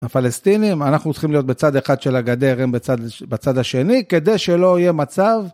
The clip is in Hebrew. הפלסטינים אנחנו צריכים להיות בצד אחד של הגדר הם בצד השני כדי שלא יהיה מצב